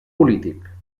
polític